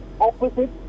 opposite